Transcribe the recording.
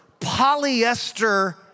polyester